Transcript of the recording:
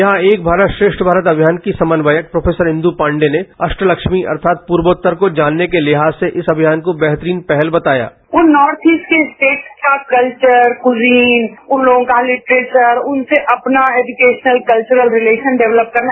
यहाँ एक भारत श्रेष्ठ भारत अभियान की समन्वयक प्रोफेसर इंद् पांडे ने अष्टलक्ष्मी अर्थात पूर्वोत्तर को जानने के लिहाज से इस अभियान को बेहतरीन पहल बताया उन नार्थ ईस्ट के स्टेटस का कल्चर कजीज उन लोगों का लिटरेचर उनसे अपना एजुकेशनल कल्चरल रिलेशन डेवलप करना